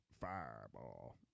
Fireball